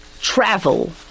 travel